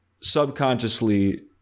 subconsciously